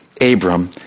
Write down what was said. Abram